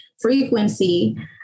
frequency